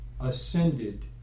ascended